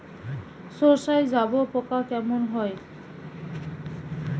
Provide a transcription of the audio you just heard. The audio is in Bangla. সর্ষায় জাবপোকা কেন হয়?